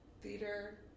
theater